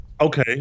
Okay